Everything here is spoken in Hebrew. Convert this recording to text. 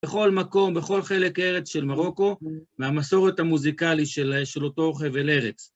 בכל מקום, בכל חלק ארץ של מרוקו, והמסורת המוזיקלית של אותו חבל ארץ.